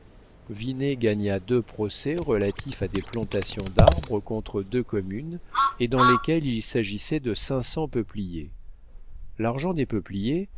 gagna deux procès relatifs à des plantations d'arbres contre deux communes et dans lesquels il s'agissait de cinq cents peupliers l'argent des peupliers